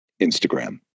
instagram